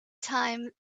time